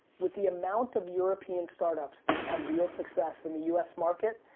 with the amount of european startups that have had real success in the u s. market,